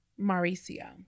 Mauricio